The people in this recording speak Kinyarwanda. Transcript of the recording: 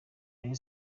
rayon